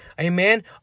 Amen